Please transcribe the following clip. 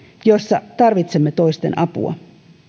jossa tarvitsemme toisten apua